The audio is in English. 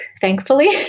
thankfully